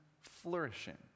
flourishing